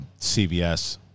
CVS